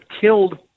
killed